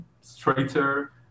straighter